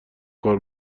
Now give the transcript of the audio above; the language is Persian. کار